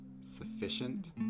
sufficient